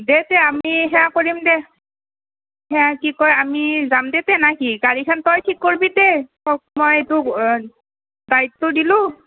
দে তে আমি সেয়া কৰিম দে সেয়া কি কয় আমি যাম দে তেনা কি গাড়ীখন তই ঠিক কৰিবি দে তক মই ইটো দ্বায়িত্ব দিলোঁ